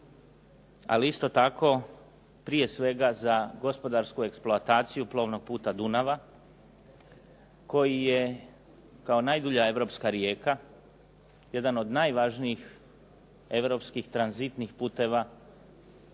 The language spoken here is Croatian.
ali isto tako prije svega za gospodarsku eksploataciju plovnog puta Dunava, koji je kao najdulja Europska rijeka, jedan od najvažnijih europskih tranzitnih putova,